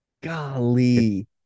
Golly